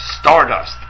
Stardust